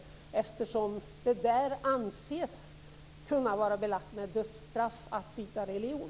Det anses där vara belagt med dödsstraff att byta religion.